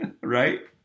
Right